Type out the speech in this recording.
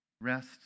Rest